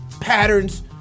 patterns